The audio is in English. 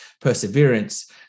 perseverance